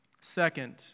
Second